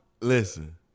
Listen